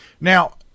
Now